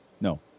No